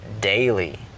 daily